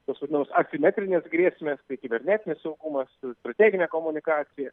tos vadinamos asimetrinės grėsmės tai kibernetinis saugumas ir strateginė komunikacija